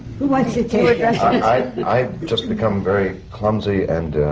like so i just become very clumsy and.